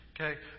Okay